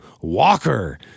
Walker